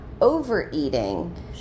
overeating